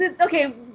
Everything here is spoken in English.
okay